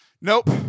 Nope